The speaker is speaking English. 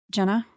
Jenna